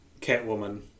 Catwoman